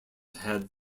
had